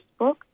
Facebook